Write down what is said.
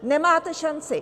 Nemáte šanci.